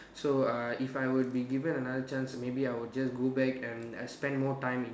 so uh if I would be given another chance maybe I will just go back and and spend more time in